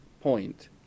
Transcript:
point